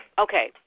okay